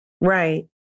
Right